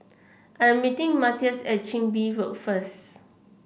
I am meeting Mathias at Chin Bee Road first